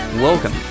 Welcome